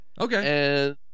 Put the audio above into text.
Okay